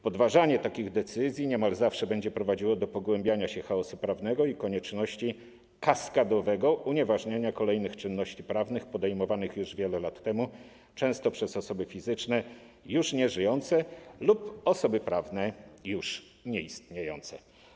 Podważanie takich decyzji niemal zawsze będzie prowadziło do pogłębiania się chaosu prawnego i konieczności kaskadowego unieważniania kolejnych czynności prawnych podejmowanych już wiele lat temu, często przez osoby fizyczne już nieżyjące lub osoby prawne już nieistniejące.